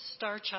Starchild